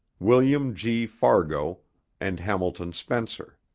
wm. g. fargo and hamilton spencer.